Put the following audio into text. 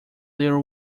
little